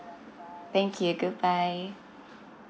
thank you goodbye